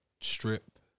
strip